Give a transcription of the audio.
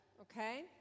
okay